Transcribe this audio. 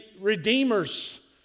redeemers